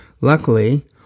Luckily